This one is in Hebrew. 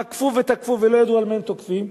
תקפו ותקפו ולא ידעו על מה הם תוקפים.